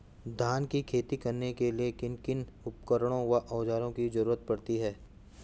धान की खेती करने के लिए किन किन उपकरणों व औज़ारों की जरूरत पड़ती है?